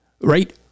Right